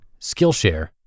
Skillshare